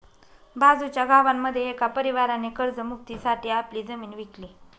बाजूच्या गावामध्ये एका परिवाराने कर्ज मुक्ती साठी आपली जमीन विकली